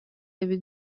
эбит